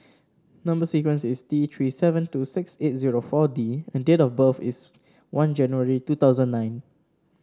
number sequence is T Three seven two six eight zero four D and date of birth is one January two thousand nine